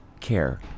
care